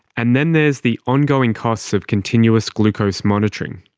and then there's the ongoing costs of continuous glucose monitoring.